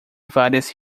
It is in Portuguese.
várias